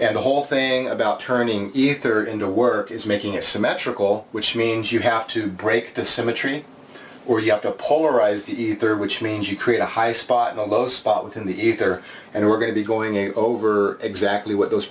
and the whole thing about turning ether into work is making it symmetrical which means you have to break the symmetry or you have to polarize the rd which means you create a high spot almost spot within the ether and we're going to be going over exactly what those